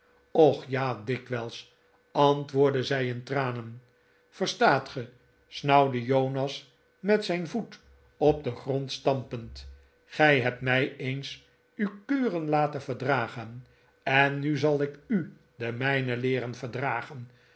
och ja dikwijls antwoordde zij in tranen verstaat ge snauwde jonas met zijn voet op den grond stampend gij hebt mij eens uw kuren laten verdragen en nu zal ik u de mijne leeren verdragen